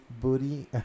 booty